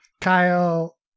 Kyle